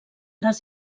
les